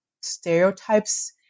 stereotypes